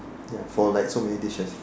ya for like so many dishes